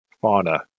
fauna